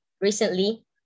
recently